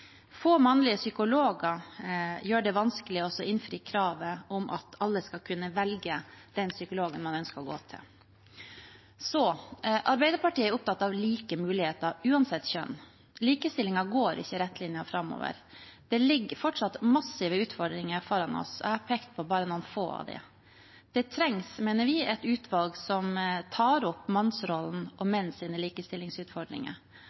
Få mannlige psykologer gjør det vanskelig å innfri kravet om at alle skal kunne velge den psykologen man ønsker å gå til. Arbeiderpartiet er opptatt av like muligheter, uansett kjønn. Likestillingen går ikke i rett linje framover. Det ligger fortsatt massive utfordringer foran oss. Jeg har pekt på bare noen få av dem. Det trengs, mener vi, et utvalg som tar opp mannsrollen og